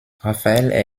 raphaël